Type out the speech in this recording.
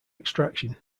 extraction